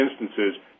instances